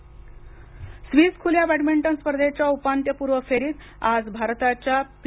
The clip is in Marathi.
बॅडमिंटन स्विस खुल्या बॅडमिंटन स्पर्धेच्या उपांत्यपूर्व फेरीत आज भारताच्या पी